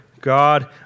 God